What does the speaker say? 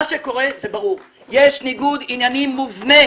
מה שקורה זה ברור: יש ניגוד עניינים מובנה